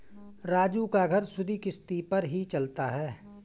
राजू का घर सुधि किश्ती पर ही चलता है